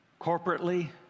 Corporately